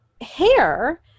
Hair